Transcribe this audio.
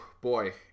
boy